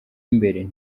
imbere